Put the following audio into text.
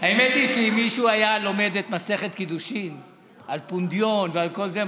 האמת היא שאם מישהו היה לומד את מסכת קידושין על פונדיון ועל כל זה,